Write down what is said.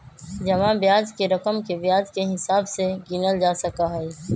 जमा ब्याज के रकम के ब्याज के हिसाब से गिनल जा सका हई